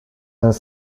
vingt